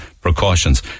precautions